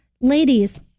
Ladies